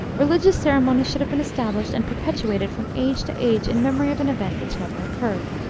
religious ceremonies should have been established and perpetuated from age to age in memory of an event which never occurred.